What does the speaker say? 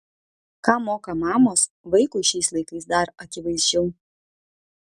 ką moka mamos vaikui šiais laikais dar akivaizdžiau